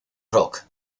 rock